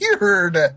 weird